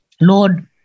Lord